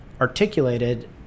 articulated